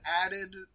added